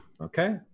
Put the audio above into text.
Okay